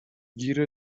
گیر